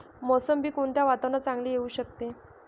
मोसंबी कोणत्या वातावरणात चांगली येऊ शकते?